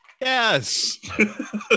Yes